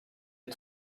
est